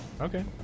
okay